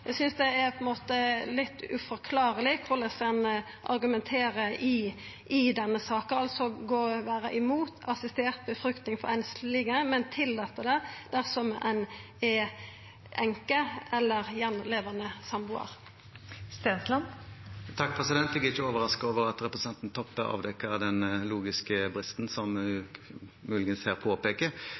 Eg synest det på ein måte er litt uforklarleg korleis ein argumenterer i denne saka når ein går imot assistert befruktning for einslege, men tillèt det dersom ein er enke eller attlevande sambuar. Jeg er ikke overrasket over at representanten Toppe avdekker den logiske bristen som